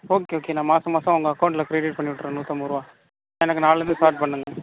okay okay நான் மாதம் மாதம் உங்கள் அகௌண்ட்டில் கிரிடிட் பண்ணி விட்டுறேன் நூற்றம்பது ரூபா எனக்கு நாளிலந்து ஸ்டார்ட் பண்ணுங்க